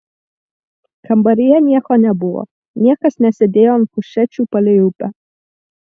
kambaryje nieko nebuvo niekas nesėdėjo ant kušečių palei upę